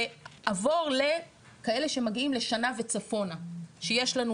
ועבור לכאלה שמגיעים לשנה וצפונה שיש לנו,